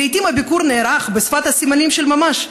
לעיתים הביקור נערך בשפת הסימנים של ממש.